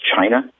China